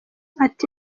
ati